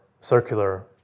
circular